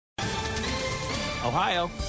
Ohio